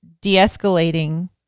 de-escalating